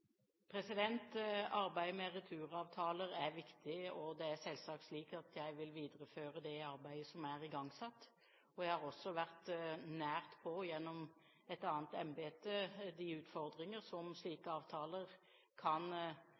Arbeidet med returavtaler er viktig, og det er selvsagt slik at jeg vil videreføre det arbeidet som er igangsatt. Jeg har også, gjennom et annet embete, vært nært på de utfordringer som slike avtaler kan